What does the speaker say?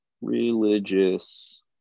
Religious